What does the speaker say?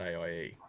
AIE